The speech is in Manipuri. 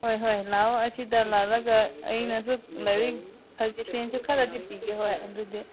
ꯍꯣꯏ ꯍꯣꯏ ꯂꯥꯛꯑꯣ ꯑꯁꯤꯗ ꯂꯥꯛꯂꯒ ꯑꯩꯅꯁꯨ ꯂꯥꯏꯔꯤꯛ ꯁꯖꯦꯁꯟꯁꯨ ꯈꯔꯗꯤ ꯄꯤꯒꯦ ꯍꯣꯏ ꯑꯗꯨꯗꯤ